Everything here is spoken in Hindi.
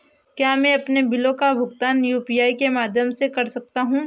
क्या मैं अपने बिलों का भुगतान यू.पी.आई के माध्यम से कर सकता हूँ?